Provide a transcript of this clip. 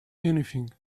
anything